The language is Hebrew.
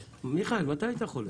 מיכאל, מתי היית חולה?